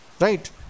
right